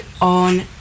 on